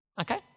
Okay